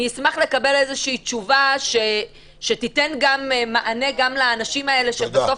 אני אשמח לקבל תשובה שתיתן מענה גם לאנשים האלה שבסוף,